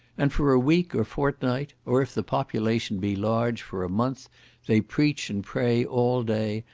and for a week or fortnight, or, if the population be large, for a month they preach and pray all day,